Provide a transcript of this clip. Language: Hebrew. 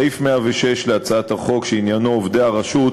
סעיף 106 להצעת החוק, שעניינו עובדי הרשות,